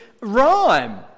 rhyme